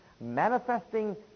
manifesting